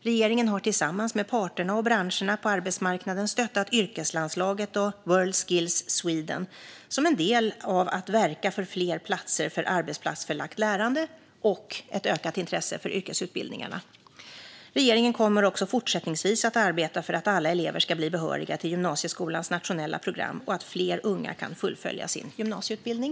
Regeringen har tillsammans med parterna och branscherna på arbetsmarknaden stöttat yrkeslandslaget och Worldskills Sweden som en del i att verka för fler platser för arbetsplatsförlagt lärande och ett ökat intresse för yrkesutbildningarna. Regeringen kommer även fortsättningsvis att arbeta för att alla elever ska bli behöriga till gymnasieskolans nationella program och för att fler unga kan fullfölja sin gymnasieutbildning.